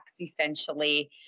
essentially